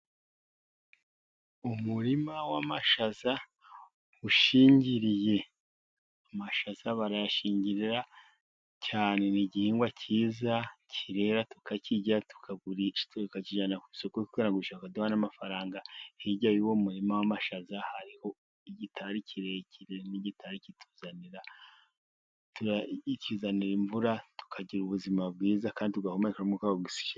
Umurima w'amashaza ushingiriye. Amashaza barayashingira cyane, ni igihingwa cyiza kirera tukakirya, tukakijyana ku isoko, tukagurisha, bakaduha n'amafaranga. Hirya y'uwo murima w'amashaza, hariho igitari kirekire. Ni igitari kituzanira imvura, tukagira ubuzima bwiza kandi, tugahumeka umwuka wa ogusijeni.